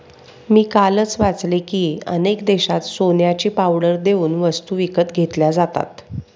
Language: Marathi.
मी कालच वाचले की, अनेक देशांत सोन्याची पावडर देऊन वस्तू विकत घेतल्या जातात